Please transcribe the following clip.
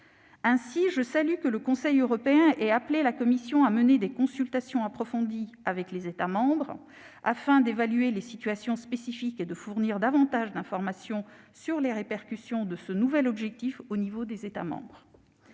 souhaite saluer cette décision -a appelé la Commission à mener des consultations approfondies avec les États membres, afin d'évaluer les situations spécifiques et de fournir davantage d'informations sur les répercussions de ce nouvel objectif à l'échelon des États membres.